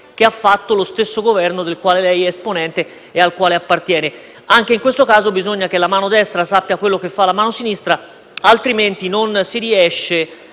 che ha operato lo stesso Governo del quale lei è esponente e al quale appartiene. Anche in questo caso bisogna che la mano destra sappia quello che fa la mano sinistra, altrimenti non si riesce